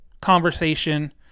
conversation